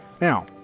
Now